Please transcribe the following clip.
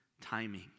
timing